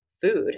food